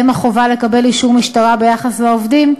ובהם החובה לקבל אישור משטרה ביחס לעובדים,